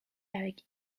avec